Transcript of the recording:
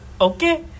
Okay